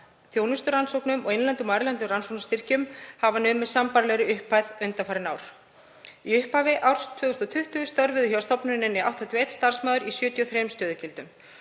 þjónusturannsóknum og innlendum og erlendum rannsóknarstyrkjum hafa numið sambærilegri upphæð undanfarin ár. Í upphafi árs 2020 störfuðu hjá stofnuninni 81 starfsmaður í 73 stöðugildum.